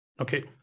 Okay